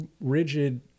rigid